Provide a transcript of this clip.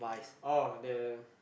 oh the